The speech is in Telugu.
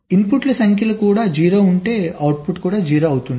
ఇన్పుట్ల సంఖ్యలు కూడా 0 ఉంటే అవుట్పుట్ 0 అవుతుంది